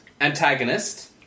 antagonist